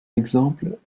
exemple